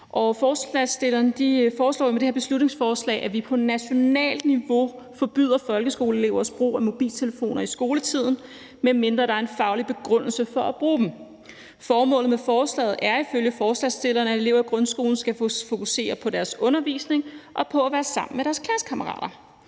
Forslagsstillerne foreslår med det her beslutningsforslag, at vi på nationalt niveau forbyder folkeskoleelevers brug af mobiltelefoner i skoletiden, medmindre der er en faglig begrundelse for at bruge dem. Formålet med forslaget er ifølge forslagsstillerne, at elever i grundskolen skal fokusere på deres undervisning og på at være sammen med deres klassekammerater.